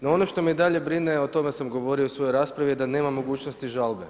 No ono što me i dalje brine, o tome sam govorio u svojoj raspravi je da nema mogućnosti žalbe.